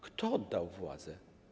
Kto oddał władzę?